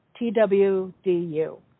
TWDU